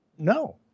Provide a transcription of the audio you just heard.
No